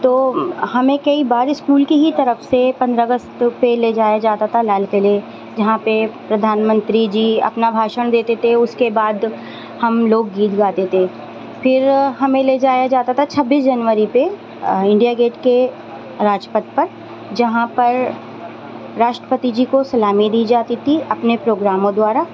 تو ہمیں کئی بار اسکول کی ہی طرف سے پندرہ اگست پہ لے جایا جاتا تھا لال قلعے جہاں پہ پردھان منتری جی اپنا بھاشن دیتے تھے اس کے بعد ہم لوگ گیت گاتے تھے پھر ہمیں لے جایا جاتا تھا چھبیس جنوری پہ انڈیا گیٹ کے راج پتھ پر جہاں پر راشٹریہ پتی جی کو سلامی دی جاتی تھی اپنے پروگراموں دوارا